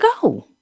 go